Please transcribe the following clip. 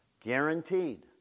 Guaranteed